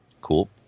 cool